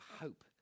hope